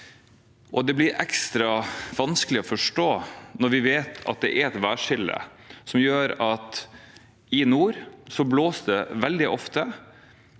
Det blir ekstra vanskelig å forstå når vi vet at det er et værskille som gjør at i nord blåser det veldig ofte